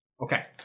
Okay